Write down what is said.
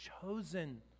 chosen